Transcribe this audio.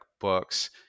books